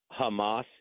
Hamas